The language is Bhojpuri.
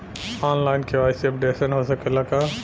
आन लाइन के.वाइ.सी अपडेशन हो सकेला का?